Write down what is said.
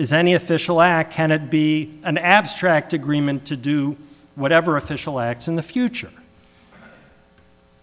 is any official act can it be an abstract agreement to do whatever official acts in the future